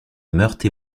meurthe